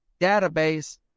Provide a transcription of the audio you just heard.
database